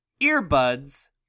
earbuds